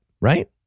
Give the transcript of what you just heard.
right